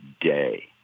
day